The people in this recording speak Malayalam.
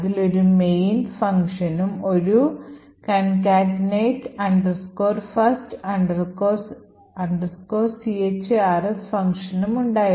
അതിൽ ഒരു main functionഉം ഒരു concatenate first chars ഫംഗ്ഷനുമുണ്ടായിരുന്നു